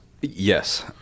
Yes